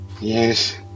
Yes